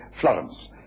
Florence